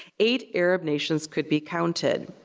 eight arab nations could be counted.